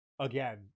again